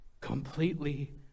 Completely